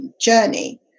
journey